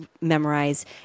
memorize